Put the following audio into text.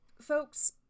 Folks